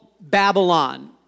Babylon